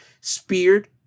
speared